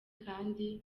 kandi